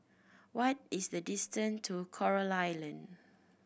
what is the distant to Coral Island